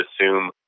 assume